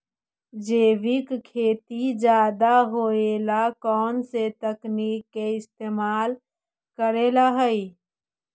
जैविक खेती ज्यादा होये ला कौन से तकनीक के इस्तेमाल करेला हई?